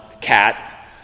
cat